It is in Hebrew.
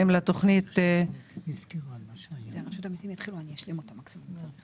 25% מתוך סך כל הכיתות